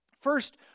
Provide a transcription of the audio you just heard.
first